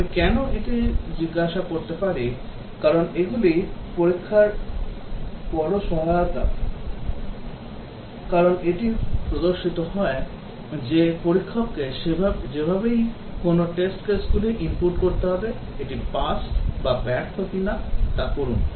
আমি কেন এটি জিজ্ঞাসা করতে পারি কেন এগুলি পরীক্ষায় বড় সহায়তা কারণ এটি প্রদর্শিত হয় যে পরীক্ষককে যেভাবেই কোনও test case গুলি input করতে হবে এটি পাস বা ব্যর্থ কিনা তা করুন